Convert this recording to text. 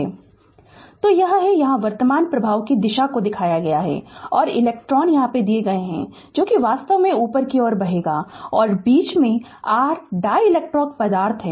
Refer Slide Time 0034 तो यह है यहाँ वर्तमान प्रवाह की दिशा को दिखाया गया है और इलेक्ट्रॉन यह दिया गया है जो कि वास्तव में ऊपर की ओर बहेगा और इसके बीच में r डाईइलेक्ट्रिक पदार्थ है